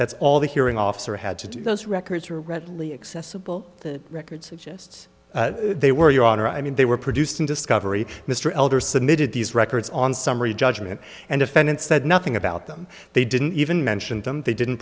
that's all the hearing officer had to do those records are readily accessible the record suggests they were your honor i mean they were produced in discovery mr elder submitted these records on summary judgment and defendant said nothing about them they didn't even mention them they didn't